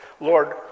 Lord